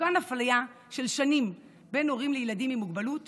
תתוקן אפליה של שנים בין הורים לילדים עם מוגבלות